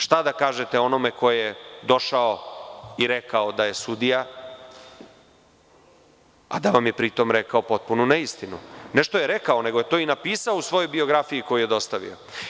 Šta da kažete onome ko je došao i rekao da je sudija, a da vam je pri tom rekao potpunu neistinu i ne što je rekao, nego je to i napisao u svojoj biografiji koju je dostavio?